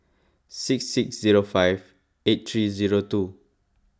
six six zero five eight three zero two